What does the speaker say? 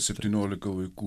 septyniolika vaikų